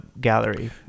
gallery